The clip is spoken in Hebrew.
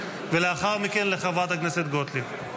ולאחר מכן לחברת הכנסת גוטליב.